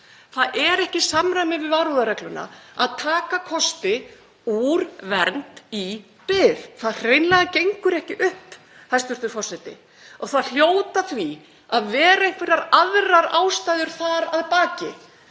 Það er ekki í samræmi við varúðarregluna að taka kosti úr vernd í bið. Það hreinlega gengur ekki upp, hæstv. forseti. Það hljóta því að vera einhverjar aðrar ástæður þar að baki.